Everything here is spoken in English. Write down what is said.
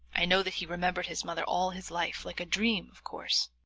i know that he remembered his mother all his life, like a dream, of course.